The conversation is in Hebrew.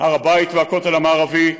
הר הבית והכותל המערבי,